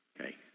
Okay